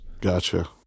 Gotcha